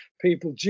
people